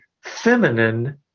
feminine